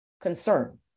concern